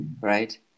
Right